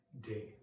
day